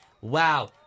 Wow